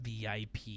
VIP